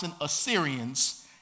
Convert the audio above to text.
Assyrians